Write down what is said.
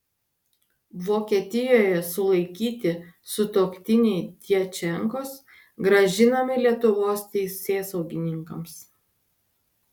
vokietijoje sulaikyti sutuoktiniai djačenkos grąžinami lietuvos teisėsaugininkams